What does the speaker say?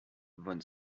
von